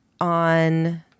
on